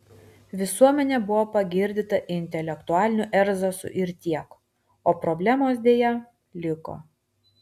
visuomenė buvo pagirdyta intelektualiniu erzacu ir tiek o problemos deja liko